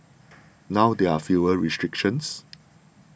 now there are fewer restrictions